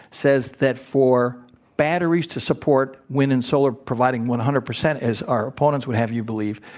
says that for batteries to support wind and solar providing one hundred percent, as our opponents would have you believe,